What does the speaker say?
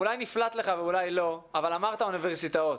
אולי נפלט לך ואולי לא אבל אמרת אוניברסיטאות.